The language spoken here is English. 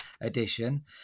edition